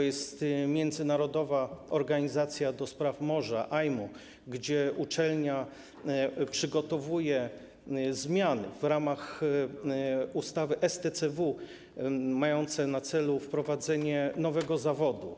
Jest międzynarodowa organizacja do spraw morza, IMO, gdzie uczelnia przygotowuje zmiany w ramach ustawy STCW mające na celu wprowadzenie nowego zawodu,